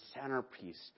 centerpiece